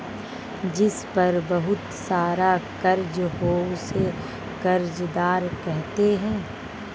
जिस पर बहुत सारा कर्ज हो उसे कर्जदार कहते हैं